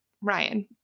Ryan